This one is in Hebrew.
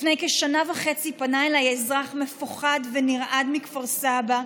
לפני כשנה וחצי פנה אליי אזרח מפוחד ונרעד מכפר סבא,